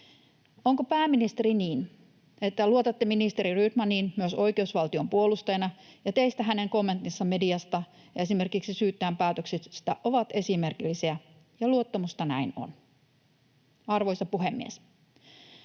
Onko, pääministeri, niin, että luotatte ministeri Rydmaniin myös oikeusvaltion puolustajana ja teistä hänen kommenttinsa mediasta ja esimerkiksi syyttäjän päätöksistä ovat esimerkillisiä ja luottamusta näin on? Arvoisa puhemies!